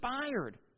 inspired